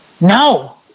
No